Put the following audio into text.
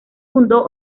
fundó